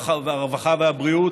הרווחה והבריאות,